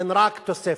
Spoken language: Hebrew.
הן רק תוספת.